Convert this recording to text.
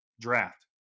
draft